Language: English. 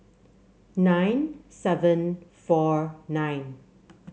nine seven four nine